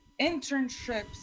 Internships